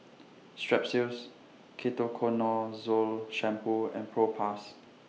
Strepsils Ketoconazole Shampoo and Propass